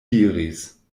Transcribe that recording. diris